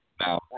Now